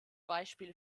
beispiele